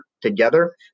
Together